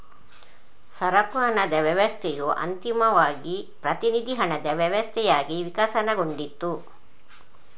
ಸರಕು ಹಣದ ವ್ಯವಸ್ಥೆಯು ಅಂತಿಮವಾಗಿ ಪ್ರತಿನಿಧಿ ಹಣದ ವ್ಯವಸ್ಥೆಯಾಗಿ ವಿಕಸನಗೊಂಡಿತು